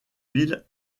villes